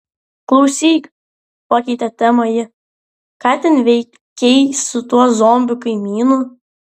klausyk pakeitė temą ji ką ten veikei su tuo zombiu kaimynu